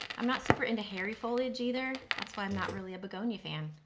i'm not super into hairy foliage either. that's why i'm not really a begonia fan.